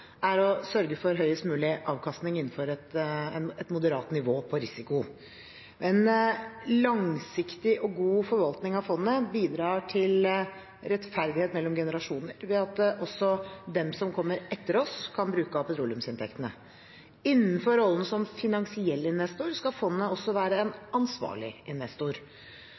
er å sørge for høyest mulig avkastning innenfor et moderat nivå på risiko. En langsiktig og god forvaltning av fondet bidrar til rettferdighet mellom generasjoner ved at også de som kommer etter oss, kan bruke av petroleumsinntektene. Innenfor rollen som finansiell investor skal fondet også være en ansvarlig investor.